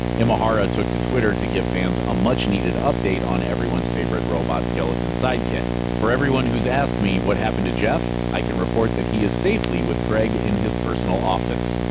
imahara took to twitter to give fans a much-needed update on everyone's favorite robot skeleton sidekick for everyone who's asked me what happened to geoff i can report that he is safely with craig in his personal office!